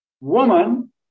woman